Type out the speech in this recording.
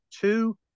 two